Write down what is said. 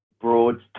broad